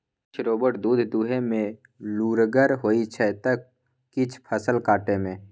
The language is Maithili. किछ रोबोट दुध दुहय मे लुरिगर होइ छै त किछ फसल काटय मे